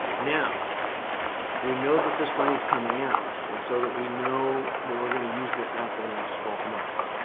now when know that this money is coming out and so that we know that we're going to use this up in the next twelve months,